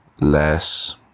less